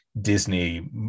Disney